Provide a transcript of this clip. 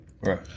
Right